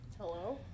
Hello